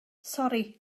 sori